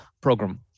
program